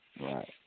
Right